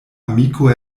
amiko